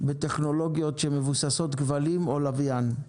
בטכנולוגיות שהן מבוססות כבלים או לוויין.